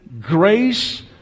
grace